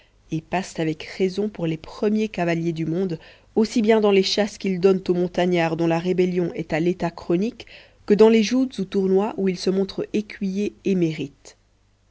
et passent avec raison pour les premiers cavaliers du monde aussi bien dans les chasses qu'ils donnent aux montagnards dont la rébellion est à l'état chronique que dans les joutes ou tournois où ils se montrent écuyers émérites